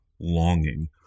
longing